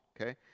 okay